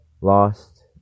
lost